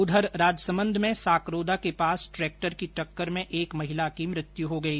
उधर राजसमंद में साकरोदा के पास ट्रेक्टर की टक्कर में एक महिला की मृत्यु हो गई